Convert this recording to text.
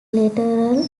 lateral